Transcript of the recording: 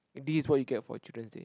this is what you get for Children's Day